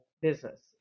business